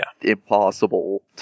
impossible